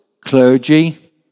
clergy